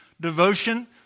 devotion